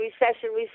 recession